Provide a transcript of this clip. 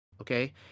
Okay